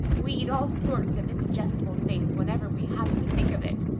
we eat all sorts of indigestible things whenever we happen to think of it,